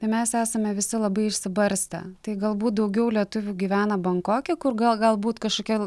tai mes esame visi labai išsibarstę tai galbūt daugiau lietuvių gyvena bankoke kur gal galbūt kažkokia